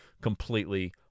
completely